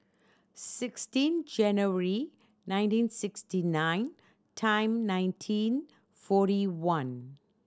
sixteen January nineteen sixty nine time nineteen forty one